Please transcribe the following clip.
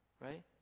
right